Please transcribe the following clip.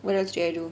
what else did I do